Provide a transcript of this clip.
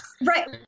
Right